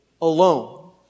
alone